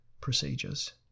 procedures